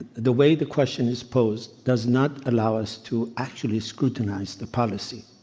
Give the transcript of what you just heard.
the way the question is posed does not allow us to actually scrutinize the policy.